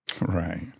Right